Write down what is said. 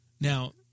Now